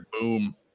boom